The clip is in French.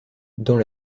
dans